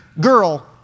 girl